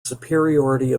superiority